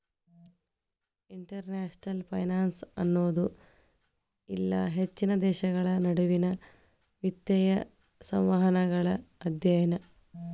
international finance ಅನ್ನೋದು ಇಲ್ಲಾ ಹೆಚ್ಚಿನ ದೇಶಗಳ ನಡುವಿನ್ ವಿತ್ತೇಯ ಸಂವಹನಗಳ ಅಧ್ಯಯನ